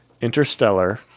Interstellar